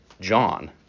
John